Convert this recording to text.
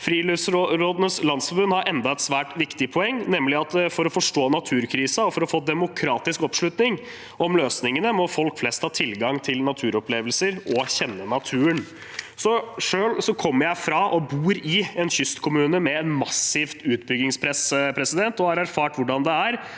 Friluftsrådenes Landsforbund har enda et svært viktig poeng, nemlig at for å forstå naturkrisen og for å få demokratisk oppslutning om løsningene, må folk flest ha tilgang til naturopplevelser og kjenne naturen. Selv kommer jeg fra og bor i en kystkommune med massivt utbyggingspress og har erfart hvordan det er